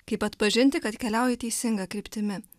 kaip atpažinti kad keliauji teisinga kryptimi